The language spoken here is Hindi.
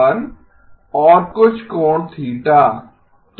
1 और कुछ कोण θ